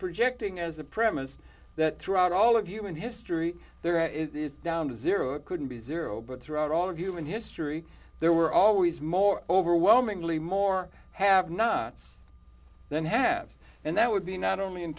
projecting as a premise that throughout all of human history there and it is down to zero it couldn't be zero but throughout all of human history there were always more overwhelmingly more have nots than haves and that would be not only in